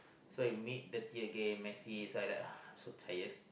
so it make dirty again messy then I like uh so tired